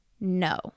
No